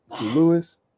Lewis